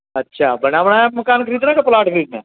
ਅੱਛਾ ਬਣਾ ਬਣਾਇਆ ਮਕਾਨ ਖਰੀਦਣਾ ਕਿ ਪਲਾਟ ਖਰੀਦਣਾ